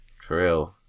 True